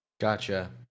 Gotcha